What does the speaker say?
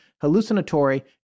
hallucinatory